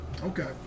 Okay